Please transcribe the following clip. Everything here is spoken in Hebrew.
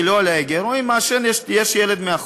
לעשן ויש לו קטין